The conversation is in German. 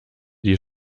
die